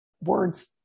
words